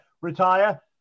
retire